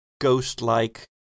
ghost-like